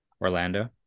Orlando